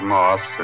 Moss